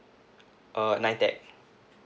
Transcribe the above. uh N_I_T_E_C